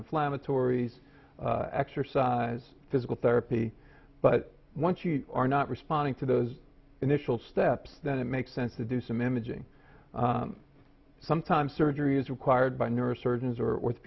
inflammatories exercise physical therapy but once you are not responding to those initial steps then it makes sense to do some imaging sometimes surgery is required by neurosurgeons or